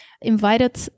invited